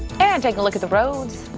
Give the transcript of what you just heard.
and take a look at the roads.